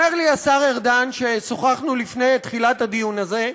אומר לי השר ארדן, ושוחחנו לפני תחילת הדיון הזה,